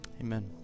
Amen